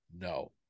no